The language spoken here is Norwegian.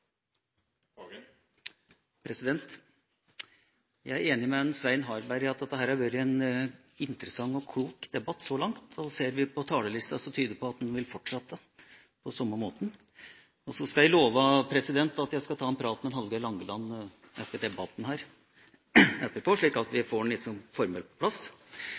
enig med Svein Harberg i at dette så langt har vært en interessant og klok debatt, og ser vi på talerlista, tyder det på at debatten vil fortsette på samme måten. Så skal jeg love at jeg skal ta en prat med Hallgeir H. Langeland etter debatten, slik at vi får det formelt på plass.